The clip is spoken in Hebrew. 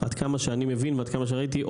עד כמה שאני מבין או עד כמה שראיתי,